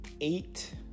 eight